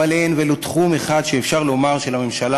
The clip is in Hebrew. אבל אין ולו תחום אחד שאפשר לומר שלממשלה